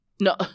No